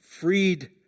freed